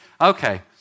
Okay